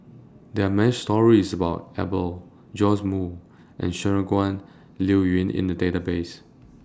There Are stories about Iqbal Joash Moo and Shangguan Liuyun in The Database